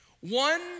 One